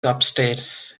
upstairs